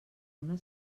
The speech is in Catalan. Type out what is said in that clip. una